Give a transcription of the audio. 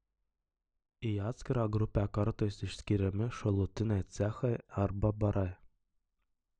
į atskirą grupę kartais išskiriami šalutiniai cechai arba barai